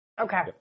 Okay